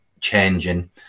changing